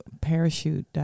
parachute